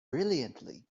brilliantly